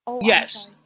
Yes